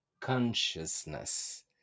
consciousness